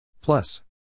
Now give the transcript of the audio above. Plus